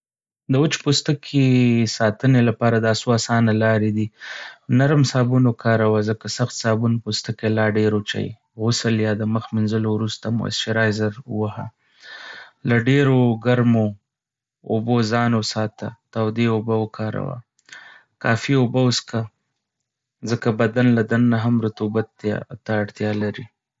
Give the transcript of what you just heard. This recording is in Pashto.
د وچ پوستکي ساتنې لپاره دا څو اسانه لارې دي: نرم صابون وکاروه، ځکه سخت صابون پوستکی لا ډېر وچوي. غسل یا د مخ مینځلو وروسته موئسچرایزر ووهه. له ډېرو ګرمې اوبو ځان وساته، تودې اوبه وکاروه. کافي اوبه وڅښه، ځکه بدن له دننه هم رطوبت ته اړتیا لري.